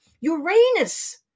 Uranus